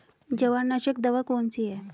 जवारनाशक दवा कौन सी है?